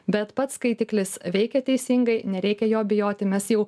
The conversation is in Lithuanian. bet pats skaitiklis veikia teisingai nereikia jo bijoti mes jau